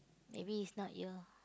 maybe it's not your